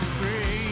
free